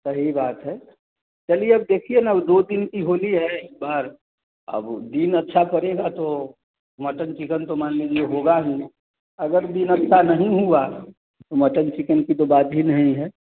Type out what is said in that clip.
सही बात है चलिए अब देखिए ना ऊ दो दिन की होली है इस बार अब ऊ दिन अच्छा पड़ेगा तो मटन चीकन तो मान लीजिए होगा ही अगर दिन अच्छा नहीं हुआ तो मटन चीकन की तो बात ही नहीं है